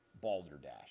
balderdash